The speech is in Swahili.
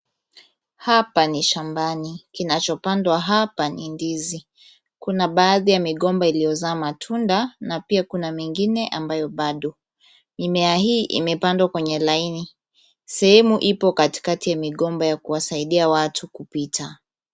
Hapa ni shambani. Kinachopandwa hapa ni ndizi. Kuna baadhi ya migomba iliyozaa matunda na pia kuna mengine ambayo bado. Mimea hii imepandwa kwenye laini . Sehemu ipo katikati ya migomba ya kuwasaidia watu kupita.